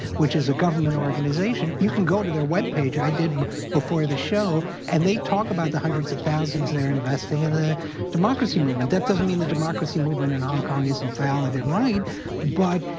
which is a government organization, you can go to their web page, i did. before the show and they talk about the hundreds of thousands they're investing in the democracy movement. that doesn't mean that the democracy movement in hong kong isn't valid and right but,